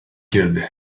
girdi